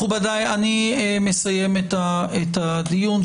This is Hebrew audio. מכובדיי, אני מסיים את הדיון.